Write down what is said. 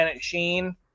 Sheen